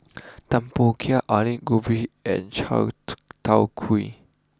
Tempoyak Aloo Gobi and Chai tow Kuay